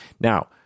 Now